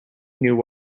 knew